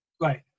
Right